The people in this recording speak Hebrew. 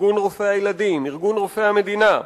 ארגון רופאי הילדים וארגון רופאי המדינה,